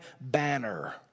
banner